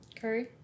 Curry